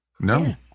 No